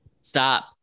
Stop